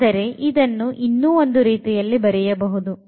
ಆದರೆ ಇದನ್ನು ಇನ್ನೂ ಒಂದು ರೀತಿಯಲ್ಲಿ ಬರೆಯಬಹುದು